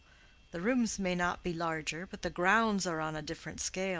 the rooms may not be larger, but the grounds are on a different scale.